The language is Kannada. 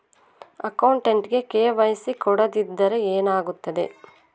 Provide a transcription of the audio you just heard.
ಅಕೌಂಟಗೆ ಕೆ.ವೈ.ಸಿ ಕೊಡದಿದ್ದರೆ ಏನಾಗುತ್ತೆ?